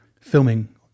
filming